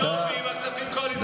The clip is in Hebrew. על זה שאתם לוקחים כספים קואליציוניים.